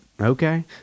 okay